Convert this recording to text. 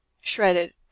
shredded